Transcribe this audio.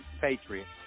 Patriots